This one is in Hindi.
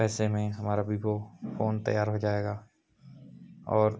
पैसे में हमारा बिबो फोन तैयार हो जाएगा और